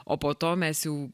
o po to mes jau